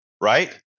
right